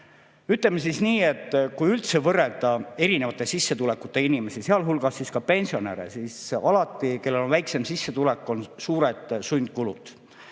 Ütleme nii, et kui üldse võrrelda erineva sissetulekuga inimesi, sealhulgas ka pensionäre, siis alati sellel, kellel on väiksem sissetulek, on suured sundkulud.